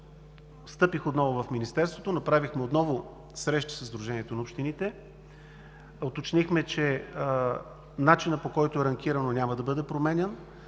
стъпих отново в Министерството, направихме отново среща със Сдружението на общините. Уточнихме, че начинът, по който е ранкирано, няма да бъде променян.